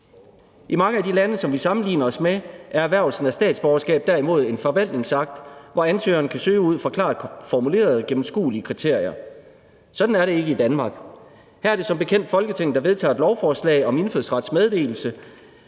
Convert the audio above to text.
I mange af de lande, som vi sammenligner os med, er erhvervelsen af statsborgerskab derimod en forvaltningsakt, hvor ansøgeren kan søge ud fra klart formulerede og gennemskuelige kriterier. Sådan er det ikke i Danmark. Her er det som bekendt Folketinget, der vedtager et lovforslag om indfødsretsmeddelelse,